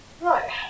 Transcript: right